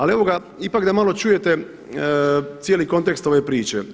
Ali evo ga, ipak da malo čujete cijeli kontekst ove priče.